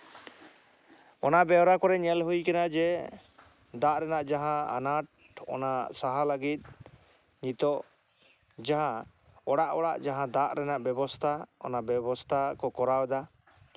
ᱚᱱᱟ ᱵᱮᱣᱨᱟ ᱠᱚᱨᱮ ᱧᱮᱞ ᱦᱩᱭᱟᱠᱟᱱᱟ ᱡᱮ ᱫᱟᱜ ᱨᱮᱱᱟᱜ ᱡᱟᱦᱟᱸ ᱟᱱᱟᱴ ᱚᱱᱟ ᱥᱟᱦᱟ ᱞᱟᱹᱜᱤᱫ ᱱᱤᱛᱳᱜ ᱡᱟᱦᱟᱸ ᱚᱲᱟᱜ ᱚᱲᱜ ᱡᱟᱦᱟᱸ ᱫᱟᱜ ᱨᱮᱱᱟᱜ ᱵᱮᱵᱚᱥᱛᱟ ᱚᱱᱟ ᱵᱮᱵᱚᱥᱛᱟ ᱠᱚ ᱠᱚᱨᱟᱣ ᱮᱫᱟ